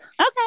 Okay